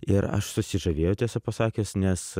ir aš susižavėjau tiesa pasakius nes